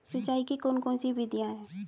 सिंचाई की कौन कौन सी विधियां हैं?